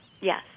Yes